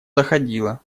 доходило